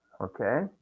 Okay